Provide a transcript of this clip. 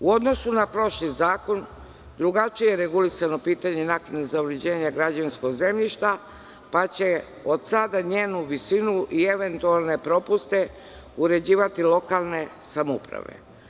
U odnosu na prošli zakon, drugačije je regulisano pitanje naknade za uređenja građevinskog zemljišta, pa će od sada njenu visinu i eventualne propuste uređivati lokalne samouprave.